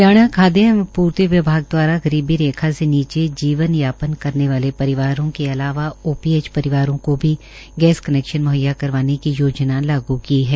हरियाणा खादय एवं पृर्ति विभाग दवारा गरीबी रेखा से नीचे यापन करने वाले परिवारों के अलावा ओ पी एच परिवारों को भी गैस कनैक्शन म्हैया करवाने की योजना लागू की है